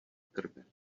krve